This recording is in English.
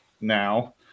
Now